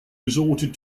resorted